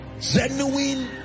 genuine